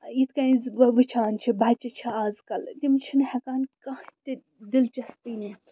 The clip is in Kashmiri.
یِتھ کٔنۍ زٕ بہٕ وٕچھان چھِ بَچہِ چھِ آزکَل تِم چھِنہٕ ہٮ۪کان کانٛہہ تہِ دِلچَسپی نِتھ